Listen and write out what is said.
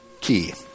key